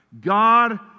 God